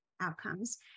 outcomes